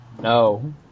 No